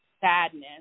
sadness